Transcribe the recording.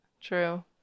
True